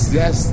yes